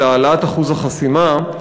של העלאת אחוז החסימה.